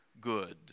good